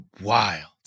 wild